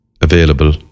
available